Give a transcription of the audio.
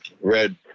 red